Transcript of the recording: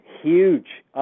huge